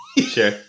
Sure